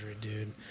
dude